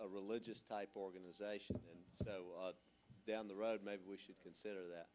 a religious type organization down the road maybe we should consider that